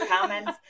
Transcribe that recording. comments